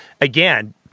again